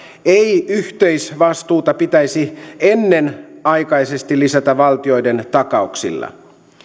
ei yhteisvastuuta pitäisi ennenaikaisesti lisätä valtioiden takauksilla